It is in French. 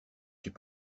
suis